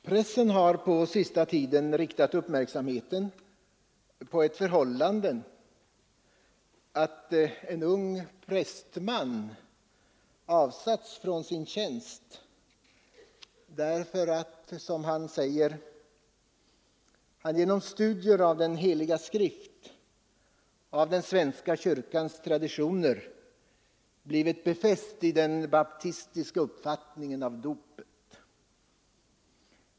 Pressen har på sista tiden riktat uppmärksamheten på det förhållandet att en ung prästman avsatts från sin tjänst därför att han, som han säger, genom studier av den Heliga Skrift och av den svenska kyrkans traditioner blivit befäst i den baptistiska uppfattningen av dopet.